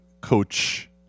coach